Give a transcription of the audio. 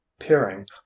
peering